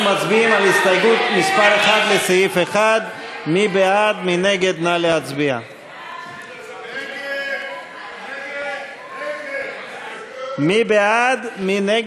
אנחנו מצביעים על הסתייגות מס' 1 לסעיף 1. מי בעד?